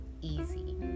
easy